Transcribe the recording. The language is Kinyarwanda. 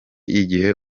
igihe